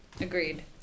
Agreed